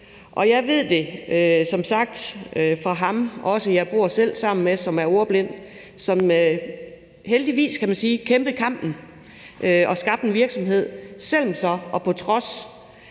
Og jeg ved det, som sagt også fra ham, jeg selv bor sammen med, som er ordblind, og som heldigvis – kan man sige – kæmpede kampen og skabte en virksomhed selv om og på trods.